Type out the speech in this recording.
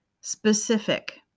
Specific